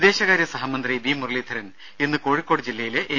വിദേശകാര്യ സഹമന്ത്രി വി മുരളീധരൻ ഇന്ന് കോഴിക്കോട് ജില്ലയിലെ എൻ